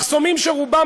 מחסומים שרובם,